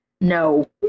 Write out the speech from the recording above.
No